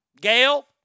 Gail